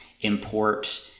import